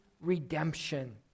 redemption